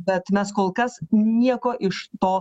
bet mes kol kas nieko iš to